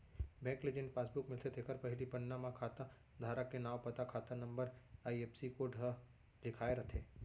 bank ले जेन passbook मिलथे तेखर पहिली पन्ना म खाता धारक के नांव, पता, खाता नंबर, आई.एफ.एस.सी कोड ह लिखाए रथे